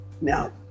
Now